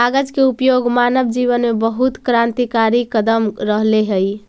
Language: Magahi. कागज के उपयोग मानव जीवन में बहुत क्रान्तिकारी कदम रहले हई